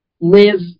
live